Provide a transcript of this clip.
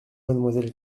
mademoiselle